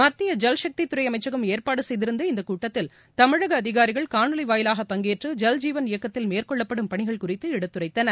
மத்திய இல்சக்தி துறை அமைச்சம் ஏற்பாடு செய்திருந்த இந்தக் கூட்டத்தில் தமிழக அதிகாரிகள் காணொலி வாயிலாக பங்கேற்று ஐல்ஜீவன் இயக்கத்தில் மேற்கொள்ளப்படும் பணிகள் குறித்து எடுத்துரைத்தனர்